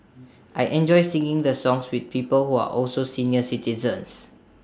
I enjoy singing the songs with people who are also senior citizens